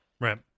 right